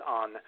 on